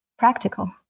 practical